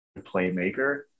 playmaker